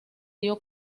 dio